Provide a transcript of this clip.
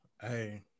Hey